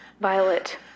Violet